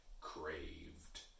craved